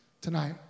tonight